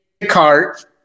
cart